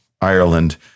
Ireland